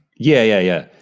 yeah, yeah, yeah.